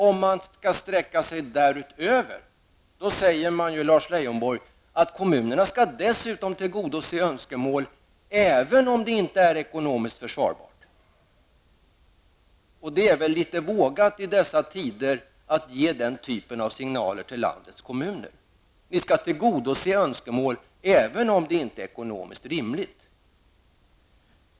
Om man skall sträcka sig därutöver, Lars Leijonborg, säger man att kommunerna dessutom skall tillgodose önskemål som inte är ekonomiskt försvarbara. Det är väl litet vågat i dessa tider, att ge den typen av signaler till landets kommuner: Vi skall tillgodose önskemål även om det inte är ekonomiskt rimligt.